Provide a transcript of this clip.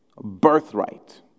birthright